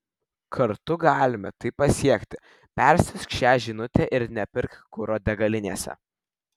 kartu galime tai pasiekti persiųsk šią žinute ir nepirk kuro degalinėse